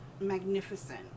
magnificent